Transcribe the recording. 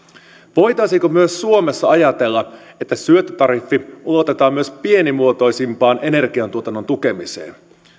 voitaisiinko myös suomessa ajatella että syöttötariffi ulotetaan myös pienimuotoisimman energiantuotannon tukemiseen